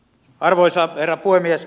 arvoisa herra puhemies